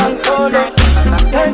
Thank